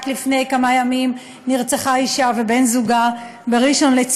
רק לפני כמה ימים נרצחו אישה ובן-זוגה בראשון-לציון,